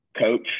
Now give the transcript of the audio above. coach